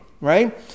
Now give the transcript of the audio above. right